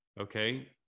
Okay